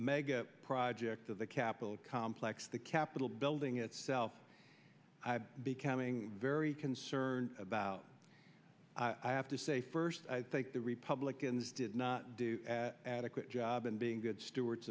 mega project of the capitol complex the capitol building itself becoming very concerned about i have to say first i think the republicans did not do adequate job and being good stewar